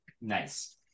Nice